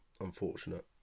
unfortunate